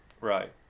right